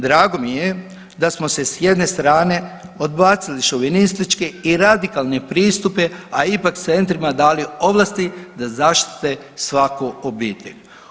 Drago mi je da smo se s jedne strane odbacili šovinistički i radikalne pristupe, a ipak centrima dali ovlasti da zaštite svaku obitelj.